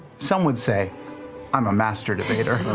some would say i'm a master debater.